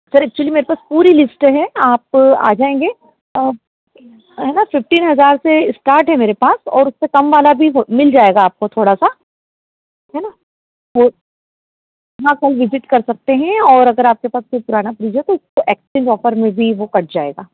sir actually मेरे पास पूरी लिस्टें हैं आप आ जाएँगे है ना फ़िफ़्टीन हज़ार से इस्टार्ट है मेरे पास और उससे कम वाला भी हो मिल जाएगा आपको थोड़ा सा है ना हो हाँ कल विज़िट कर सकते हैं और अगर आपके पास कोई पुराना फ्रीज हो तो उसको एक्सचेंज ऑफ़र में भी वह कट जाएगा